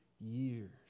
years